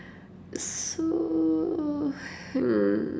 so hmm